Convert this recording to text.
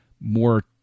more